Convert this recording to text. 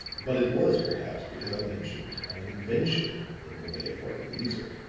but it was perhaps because i mentioned an invention in the way of writing music.